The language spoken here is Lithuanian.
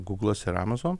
gūglas ir amazon